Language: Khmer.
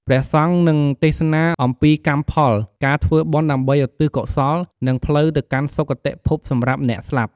ព្រះសង្ឃនឹងទេសនា អំពីកម្មផល ការធ្វើបុណ្យដើម្បីឧទ្ទិសកុសល និងផ្លូវទៅកាន់សុគតិភពសម្រាប់អ្នកស្លាប់។